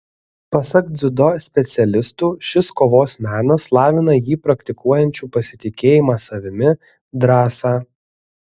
pasak dziudo specialistų šis kovos menas lavina jį praktikuojančių pasitikėjimą savimi drąsą